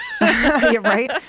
Right